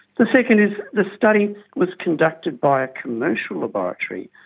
the second is the study was conducted by a commercial laboratory,